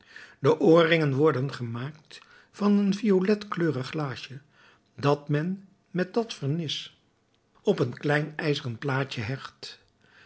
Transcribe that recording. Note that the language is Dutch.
de oorringen worden gemaakt van een violetkleurig glaasje dat men met dat vernis op een klein ijzeren plaatje hecht